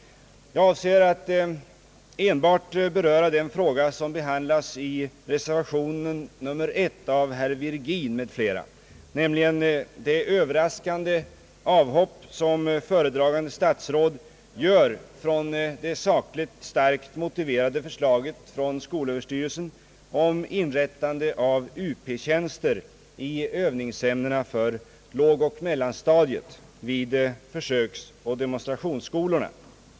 Jag avser att enbart beröra den fråga som behandlas i reservation nr 1 av herr Virgin m.fl., nämligen det överraskande avhopp som föredragande statsråd gör från det sakligt starkt motiverade förslaget från skolöverstyrelsen om inrättande av Uptjänster i övningsämnena för lågoch mellanstadiet vid försöksoch demonstrationsskolorna.